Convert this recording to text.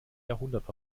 jahrhundert